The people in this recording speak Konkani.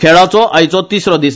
खेळाचो आयचो तिसरो दिस